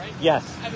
Yes